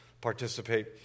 participate